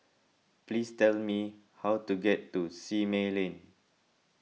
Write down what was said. please tell me how to get to Simei Lane